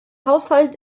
haushalt